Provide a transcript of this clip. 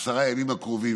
עשרה ימים הקרובים,